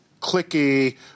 clicky